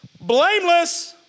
blameless